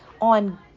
on